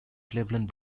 cleveland